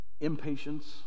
Impatience